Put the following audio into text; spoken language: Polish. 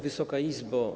Wysoka Izbo!